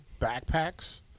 backpacks